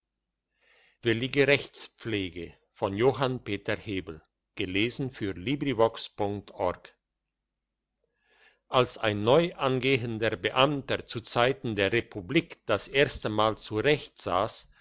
als ein neu angehender beamter zu zeiten der republik das erste mal zu recht saß